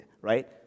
right